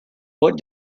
what